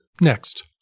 Next